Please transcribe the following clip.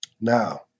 Now